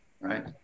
right